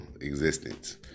existence